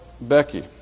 Becky